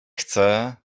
chcę